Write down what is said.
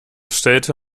stellte